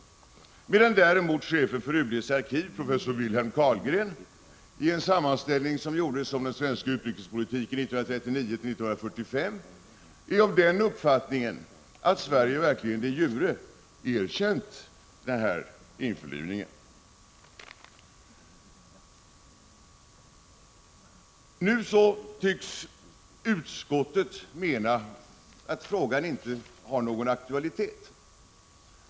I en sammanställning av den svenska utrikespolitiken 1939-1945 redovisade däremot chefen för UD:s arkiv, professor Wilhelm Carlgren, den uppfattningen att Sverige verkligen de jure erkänt införlivningen av de baltiska staterna. Utskottet tycks mena att frågan inte har någon aktualitet.